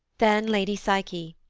then lady psyche,